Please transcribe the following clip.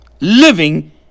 living